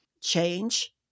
change